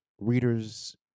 readers